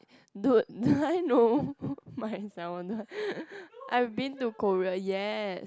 dude do I know myself I've been to Korea yes